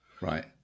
Right